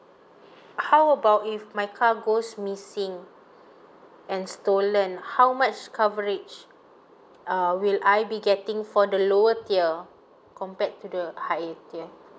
how about if my car goes missing and stolen how much coverage uh will I be getting for the lower tier compared to the higher tier